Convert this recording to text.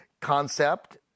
concept